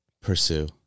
pursue